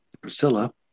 Priscilla